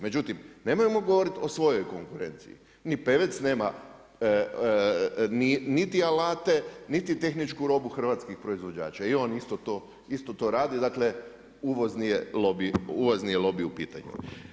Međutim nemojmo govoriti o svojoj konkurenciji, ni Pevec nema niti alate, niti tehničku robu hrvatskih proizvođača i on isto to radi, dakle uvozni je lobij u pitanju.